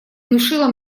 внушило